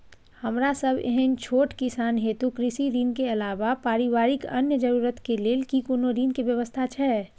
हमरा सब एहन छोट किसान हेतु कृषि ऋण के अलावा पारिवारिक अन्य जरूरत के लेल की कोनो ऋण के व्यवस्था छै?